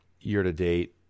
year-to-date